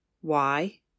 Why